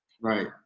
Right